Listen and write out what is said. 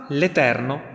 l'Eterno